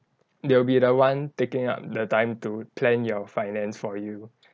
they will be the one taking up the time to plan your finance for you